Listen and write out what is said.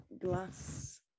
glass